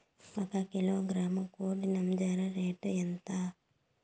ఒక కిలోగ్రాము కోడి నంజర రేటు ఎంత?